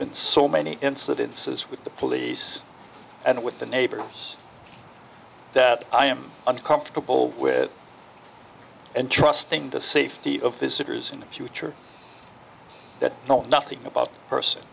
been so many incidences with the police and with the neighbors that i am uncomfortable with and trusting the safety of visitors in the future that know nothing about the person